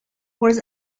was